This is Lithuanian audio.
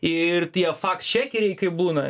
ir tie fakčekeriai kaip būna